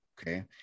okay